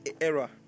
era